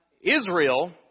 Israel